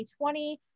2020